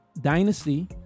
dynasty